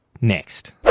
next